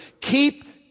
Keep